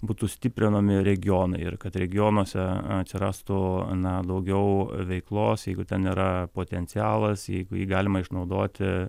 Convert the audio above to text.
būtų stiprinami regionai ir kad regionuose atsirastų na daugiau veiklos jeigu ten yra potencialas jeigu jį galima išnaudoti